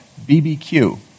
BBQ